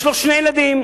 יש לו שני ילדים,